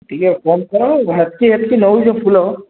ଟିକେ କମ୍ କର ହେତକି ହେତକି ନେଉଛେ ଫୁଲ